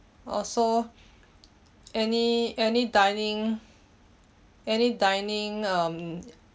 err so any any dining any dining um